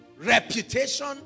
Reputation